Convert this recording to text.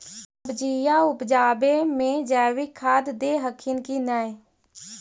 सब्जिया उपजाबे मे जैवीक खाद दे हखिन की नैय?